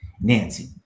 Nancy